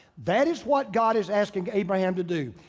that is what god is asking abraham to do.